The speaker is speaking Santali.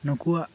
ᱱᱩᱠᱩᱣᱟᱜ